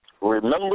Remember